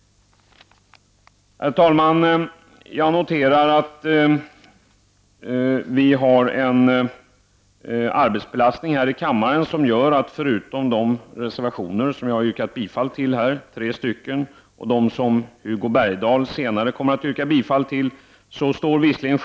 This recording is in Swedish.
Herr talman! Jag noterar att kammaren har en stor arbetsbelastning, vilket gör att vi av formella skäl avser att inte belasta kammaren med att full följa övriga reservationer — förutom de tre som jag har yrkat bifall till här och de som Hugo Bergdahl senare kommer att yrka bifall till — med någon votering.